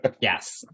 Yes